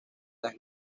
las